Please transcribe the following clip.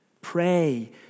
Pray